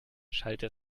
schallte